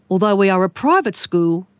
although we are a private school,